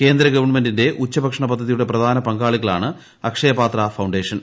കേന്ദ്ര ഗവൺമെന്റിന്റെ ഉച്ചഭക്ഷണ പദ്ധതിയുടെ പ്രധാന പങ്കാളികളാണ് അക്ഷയപാത്ര ഫൌണ്ടേഷൻ